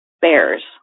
bears